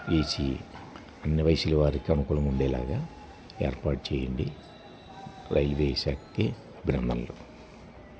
AC అన్ని వయసులు వారికి అనుకూలం ఉండేలాగా ఏర్పాటు చెయ్యండి రైల్వే శాఖాకి బ్రహ్మలు